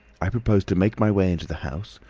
i proposed to make my way into the house,